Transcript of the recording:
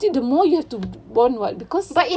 still the more you have to bond [what] because